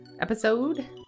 episode